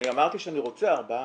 אני אמרתי שאני רוצה ארבעה.